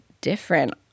different